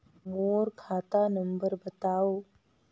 मोर खाता नम्बर बताव?